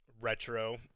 retro